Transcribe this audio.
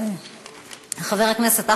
והנה, אנחנו היום רואים תוצאות כאלה.